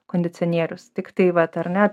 kondicionierius tiktai vat ar ne